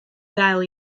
ddel